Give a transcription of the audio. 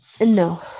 No